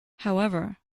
however